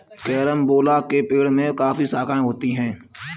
carambola के पेड़ की काफी शाखाएं होती है